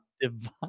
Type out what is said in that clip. Divine